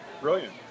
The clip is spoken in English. brilliant